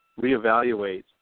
reevaluate